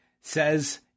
says